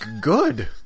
Good